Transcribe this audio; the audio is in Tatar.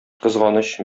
кызганыч